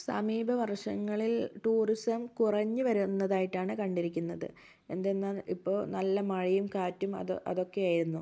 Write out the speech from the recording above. സമീപ വർഷങ്ങളിൽ ടൂറിസം കുറഞ്ഞു വരുന്നതായിട്ടാണ് കണ്ടിരിക്കുന്നത് എന്തെന്നാൽ ഇപ്പോൾ നല്ല മഴയും കാറ്റും അതൊ അതൊക്കെ ആയിരുന്നു